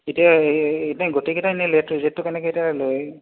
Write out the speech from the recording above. এতিয়া এনেই গোটেইকেইটা ইনেই ৰেটটো কেনেকৈ এটা লয়